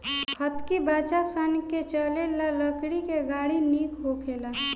हतकी बच्चा सन के चले ला लकड़ी के गाड़ी निक होखेला